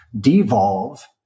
devolve